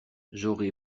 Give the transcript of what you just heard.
j’aurai